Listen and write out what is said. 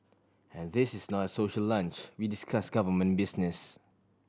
and this is not a social lunch we discuss government business